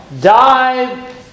Dive